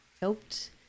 helped